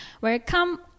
welcome